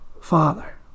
Father